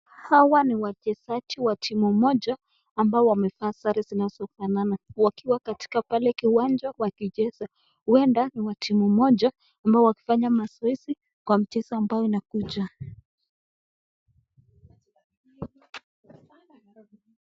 Hawa ni wachezaji wa timu moja ambao wamevaa saree zimefanana wakiwa pale kiwanja huenda ni wa timu moja wakifanya zoezi kwa mchezo ambao inakuja.